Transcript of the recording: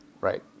Right